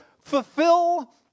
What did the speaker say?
fulfill